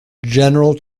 general